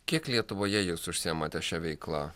kiek lietuvoje jūs užsiemate šia veikla